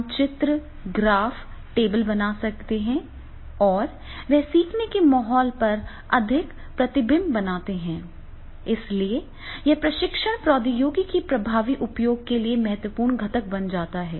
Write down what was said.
हम चित्र graph table बना सकते हैं और वे सीखने के माहौल पर अधिक प्रतिबिंब बनाते हैं इसलिए यह प्रशिक्षण प्रौद्योगिकी के प्रभावी उपयोग के लिए एक महत्वपूर्ण घटक बन जाता है